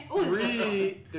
three